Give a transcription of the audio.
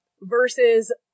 Versus